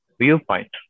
viewpoint